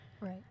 right